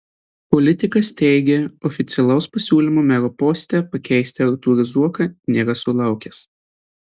politikas teigė oficialaus pasiūlymo mero poste pakeisti artūrą zuoką nėra sulaukęs